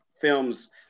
films